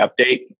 update